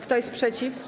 Kto jest przeciw?